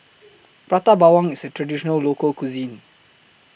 Prata Bawang IS A Traditional Local Cuisine